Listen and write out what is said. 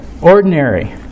Ordinary